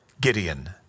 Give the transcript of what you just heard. Gideon